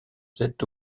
cet